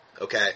Okay